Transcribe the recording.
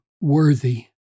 worthy